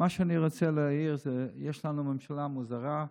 מה שאני רוצה להעיר זה שיש לנו ממשלה מוזרה: